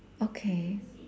okay